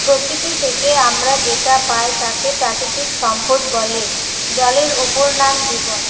প্রকৃতি থেকে আমরা যেটা পাই তাকে প্রাকৃতিক সম্পদ বলে জলের অপর নাম জীবন